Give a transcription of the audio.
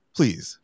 Please